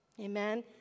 Amen